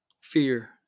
fear